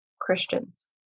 Christians